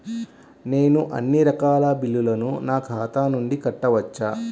నేను అన్నీ రకాల బిల్లులను నా ఖాతా నుండి కట్టవచ్చా?